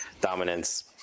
dominance